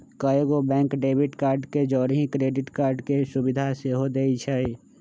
कएगो bank debit card के जौरही क्रेडिट कार्ड के सुभिधा सेहो देइ छै